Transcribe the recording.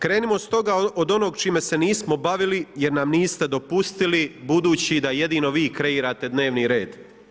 Krenimo stoga od onog čime se nismo bavili jer nam niste dopustili, budući da jedino vi kreirate dnevni red.